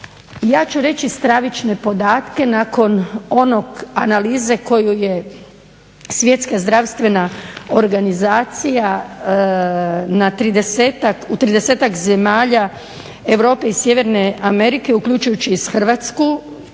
ja ću reći stravične podatke nakon onog, analize koju je svjetska zdravstvena organizacija u tridesetak zemalja Europe i sjeverne Amerike, uključujući i Hrvatsku